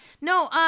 no